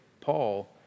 Paul